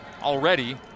already